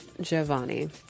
Giovanni